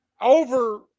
over